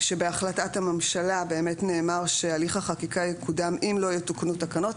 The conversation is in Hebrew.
שבהחלטת הממשלה באמת נאמר שהליך החקיקה יקודם אם לא יתוקנו תקנות.